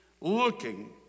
looking